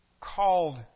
called